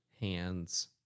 hands